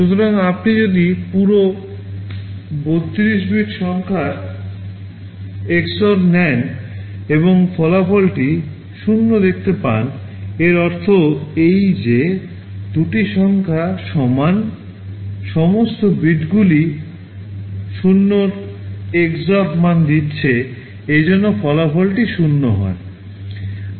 সুতরাং আপনি যদি পুরো 32 বিট সংখ্যার XOR নেন এবং ফলাফলটি 0 দেখতে পান এর অর্থ এই যে দুটি সংখ্যা সমান সমস্ত বিটগুলি 0 এর XOR মান দিচ্ছে এজন্য ফলাফলটি 0 হয়